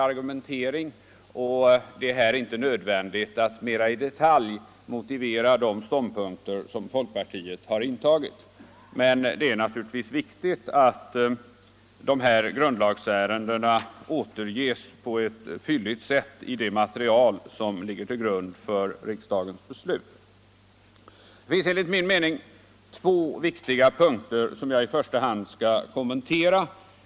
Det är alltså inte nödvändigt att mera i detalj motivera de ståndpunkter som folkpartiet har intagit, men det är naturligtvis viktigt att grundlagsärendena återges på ett fylligt sätt i det material som ligger till grund för riksdagens beslut. Här finns två viktiga punkter som jag i första hand skall kommentera.